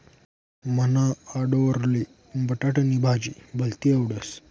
मन्हा आंडोरले बटाटानी भाजी भलती आवडस